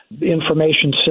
information